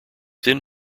then